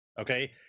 Okay